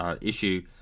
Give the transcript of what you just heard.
issue